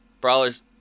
Brawlers